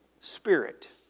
Spirit